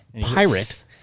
Pirate